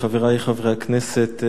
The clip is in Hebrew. חברי חברי הכנסת,